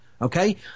Okay